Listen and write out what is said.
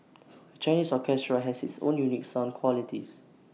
A Chinese orchestra has its own unique sound qualities